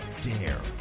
dare